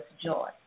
joy